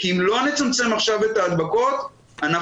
כי אם לא נצמצם עכשיו את ההדבקות אנחנו